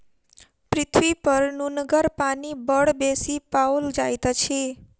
पृथ्वीपर नुनगर पानि बड़ बेसी पाओल जाइत अछि